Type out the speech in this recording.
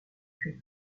cuire